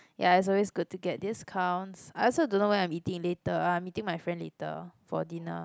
ya it's always good to get discounts I also don't know what I'm eating later I'm meeting my friend later for dinner